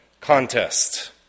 Contest